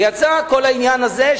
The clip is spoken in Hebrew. ויצא כל העניין הזה,